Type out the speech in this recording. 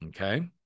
Okay